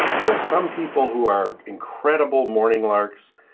there are some people who are incredible morning larks,